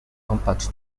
compact